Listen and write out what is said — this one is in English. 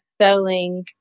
selling